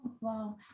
Wow